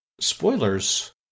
spoilers